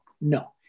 No